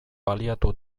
baliatu